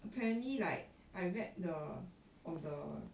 apparently like I read the on the